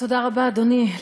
תודה רבה, אדוני.